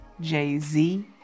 Jay-Z